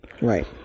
Right